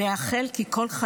נעבור לנושא הבא שעל